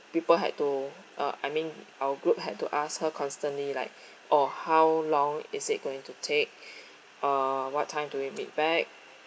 people had to uh I mean our group had to ask her constantly like oh how long is it going to take uh what time do we meet back